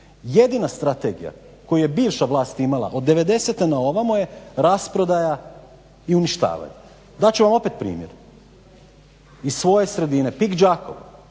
Jedina strategija koju je bivša vlast imala od '90. na ovamo je rasprodaja i uništavanje. Dat ću vam opet primjer iz svoje sredine. Pik Đakovo